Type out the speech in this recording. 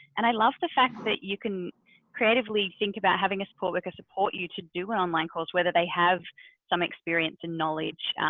and i love the fact that you can creatively think about having a support worker support you to do an online course whether they have ome experience and knowledge,